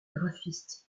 graphiste